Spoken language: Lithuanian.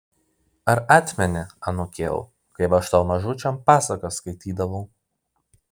ar atmeni anūkėl kaip aš tau mažučiam pasakas skaitydavau